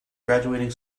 graduating